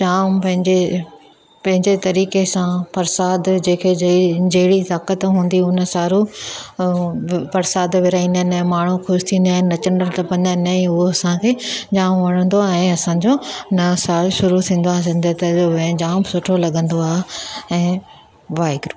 जाम पंहिंजे पंहिंजे तरीक़े सां परसादु जंहिंखे जहिड़ी ताक़त हूंदी हुन सारो ऐं परसादु विरिहाईंदा आहिनि ऐं माण्हू ख़ुशि थींदा आहिनि नचंदा टपंदा आहिनि न इ उहो असांखे जाम वणंदो आहे ऐं असांजो नयो साल शुरू थींदो आहे सिंधियत जो ऐं जाम सुठो लॻंदो आहे ऐं वाहेगुरु